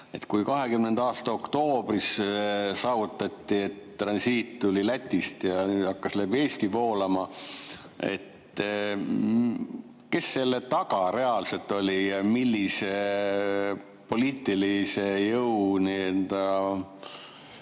Kui 2020. aasta oktoobris saavutati, et transiit tuli Lätist [ära] ja hakkas läbi Eesti voolama, siis kes selle taga reaalselt oli? Millise poliitilise jõu